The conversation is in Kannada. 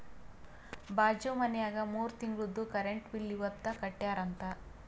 ಬಾಜು ಮನ್ಯಾಗ ಮೂರ ತಿಂಗುಳ್ದು ಕರೆಂಟ್ ಬಿಲ್ ಇವತ್ ಕಟ್ಯಾರ ಅಂತ್